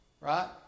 Right